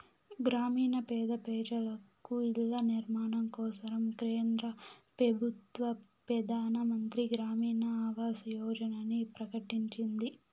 గ్రామీణ పేద పెజలకు ఇల్ల నిర్మాణం కోసరం కేంద్ర పెబుత్వ పెదానమంత్రి గ్రామీణ ఆవాస్ యోజనని ప్రకటించింది